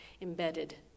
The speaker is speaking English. embedded